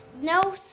no